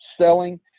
selling